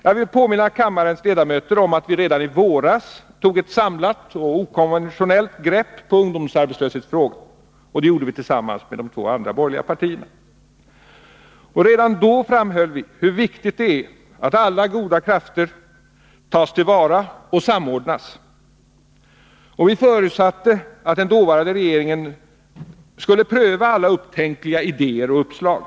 Jag vill påminna kammarens ledamöter om att vi redan i våras tog ett samlat och okonventionellt grepp om ungdomsarbetslöshetsfrågan. Det gjorde vi tillsammans med de två andra borgerliga partierna. Redan då framhöll vi hur viktigt det är att alla goda krafter tas till vara och samordnas. Vi förutsatte att den dåvarande regeringen skulle pröva alla upptänkliga idéer och uppslag.